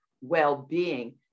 well-being